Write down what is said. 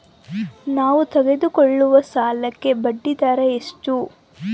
ನಾವು ತೆಗೆದುಕೊಳ್ಳುವ ಸಾಲಕ್ಕೆ ಬಡ್ಡಿದರ ಎಷ್ಟು?